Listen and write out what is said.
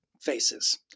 faces